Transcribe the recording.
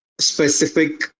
specific